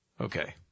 Okay